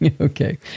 Okay